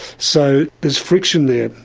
so there's friction there,